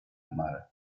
mar